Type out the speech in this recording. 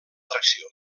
tracció